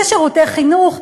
לשירותי חינוך.